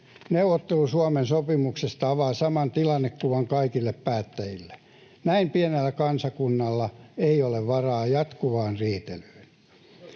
Neuvottelu Suomen sopimuksesta avaa saman tilannekuvan kaikille päättäjille. Näin pienellä kansakunnalla ei ole varaa jatkuvaan riitelyyn.